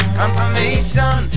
confirmation